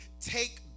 take